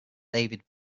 david